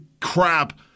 crap